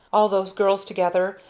all those girls together,